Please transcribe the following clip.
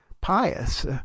pious